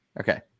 Okay